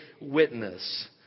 witness